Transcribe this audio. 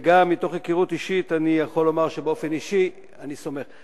וגם מתוך היכרות אישית אני יכול לומר שבאופן אישי אני סומך עליו.